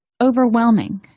overwhelming